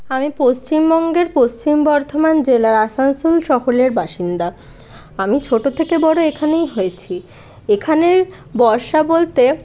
আমি পশ্চিমবঙ্গের পশ্চিম বর্ধমান জেলার আসানসোল শহরের বাসিন্দা আমি ছোট থেকে বড় এখানেই হয়েছি এখানের বর্ষা বলতে